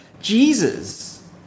Jesus